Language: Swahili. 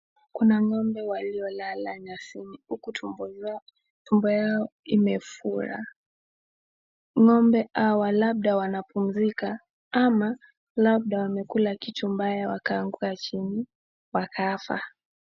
Kuna ng'ombe waliolala chini huku tumbo zao zikiwa zimefura. Ng'ombe hawa labda wanapumzika ama wamekula kitu mbaya wakaanguka chini wakafa.